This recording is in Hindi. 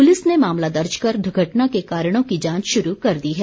पुलिस ने मामला दर्ज कर दुर्घटना के कारणों की जांच शुरू कर दी है